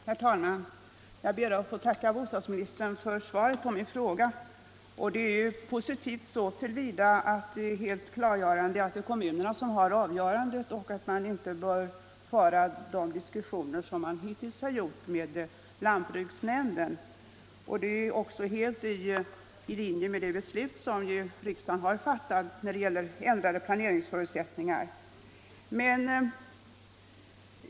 Herr talman! Jag ber att få tacka bostadsministern för svaret på min fråga. Det är ju positivt så till vida att det fullt klargör att kommunerna har avgörandet och att man inte, som man hittills har gjort, bör föra diskussioner med lantbruksnämnden. Detta är också helt i linje med de ändrade planeringsförutsättningar som riksdagen har fattat beslut om.